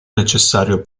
necessario